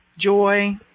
Joy